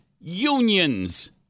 unions